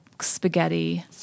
spaghetti